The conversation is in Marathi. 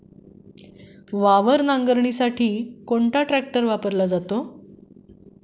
वावर नांगरणीसाठी कोणता ट्रॅक्टर वापरला जातो?